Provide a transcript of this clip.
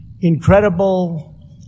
incredible